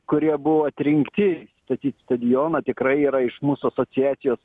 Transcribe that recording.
kurie buvo atrinkti statyti stadioną tikrai yra iš mūsų asociacijos